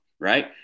right